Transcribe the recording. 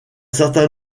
certain